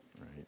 right